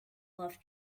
love